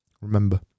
Remember